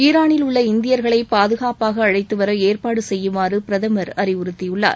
ஈரானில் உள்ள இந்தியர்களை பாதுகாப்பாக அழைத்துவர ஏற்பாடு செய்யுமாறு பிரதம் அறிவுறுத்தியுள்ளார்